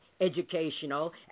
educational